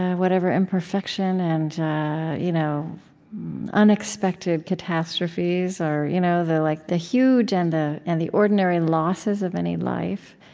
whatever imperfection and you know unexpected catastrophes or you know the like, the huge and and the ordinary losses of any life,